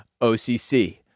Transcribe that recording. OCC